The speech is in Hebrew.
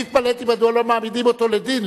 אני התפלאתי מדוע לא מעמידים אותו לדין,